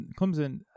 Clemson